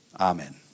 Amen